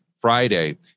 Friday